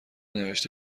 نوشته